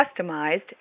customized